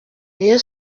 rayon